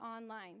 online